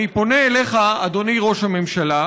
אני פונה אליך, אדוני ראש הממשלה,